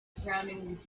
surrounding